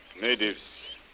Natives